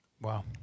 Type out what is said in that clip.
Wow